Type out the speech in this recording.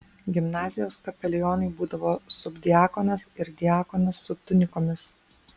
gimnazijos kapelionai būdavo subdiakonas ir diakonas su tunikomis